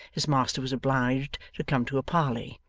his master was obliged to come to a parley.